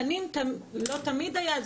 זה לא תמיד היה.